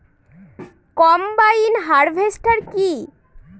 Combine harvester কি?